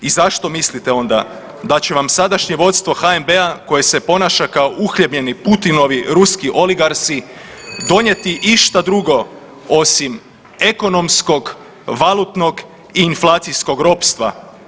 I zašto mislite onda da će vam sadašnje vodstvo HNB-a koje se ponaša kao uhljebljeni Putinovi ruski oligarsi donijeti išta drugo osim ekonomskog valutnog i inflacijskog ropstva.